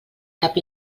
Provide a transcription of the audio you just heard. cap